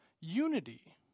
unity